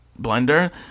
Blender